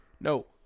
No